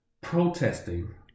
protesting